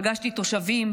פגשתי תושבים,